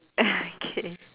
K